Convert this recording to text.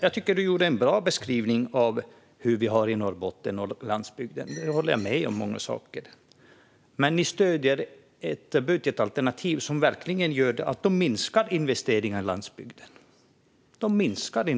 Jag tycker att du gav en bra beskrivning av hur vi har det i Norrbotten och på landsbygden. Jag håller med om många saker. Men ni stöder ett budgetalternativ som verkligen gör så att investeringar i landsbygden minskar.